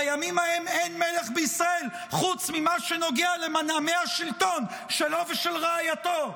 בימים ההם אין מלך בישראל חוץ ממה שנוגע למנעמי השלטון שלו ושל רעייתו.